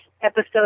episode